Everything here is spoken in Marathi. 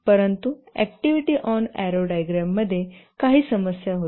परंतु अॅक्टिव्हिटी ऑन एरो डायग्राममध्ये काही समस्या होती